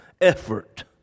effort